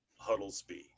huddlesby